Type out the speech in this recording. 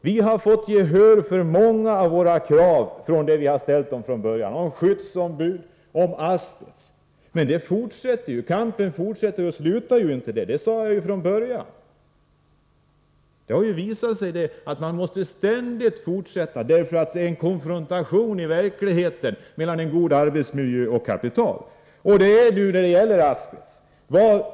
Vi har fått gehör för många av de krav som vi från början ställt —t.ex. om skyddsombud och om asbest. Men kampen slutar ju inte där, utan den fortsätter — det sade jag från början! Det har visat sig att man ständigt måste fortsätta att föra den, därför att det i verkligheten sker en konfrontation mellan en god arbetsmiljö och kapitalintressena. Så är det när det gäller asbest.